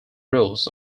rules